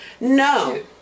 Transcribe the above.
No